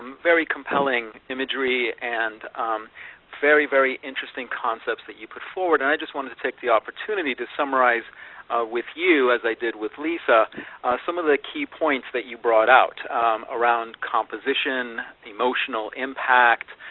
very compelling imagery, and very, very interesting concepts that you put forward. and i just want to take the opportunity to summarize with you as i did with lisa some of the key points that you brought out around composition, emotional impact,